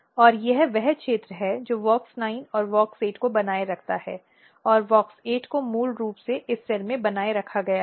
और यह वह क्षेत्र है जो WOX 9 और WOX 8 को बनाए रखता है और WOX 8 को मूल रूप से इस सेल में बनाए रखा गया है